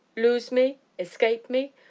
lose me? escape me?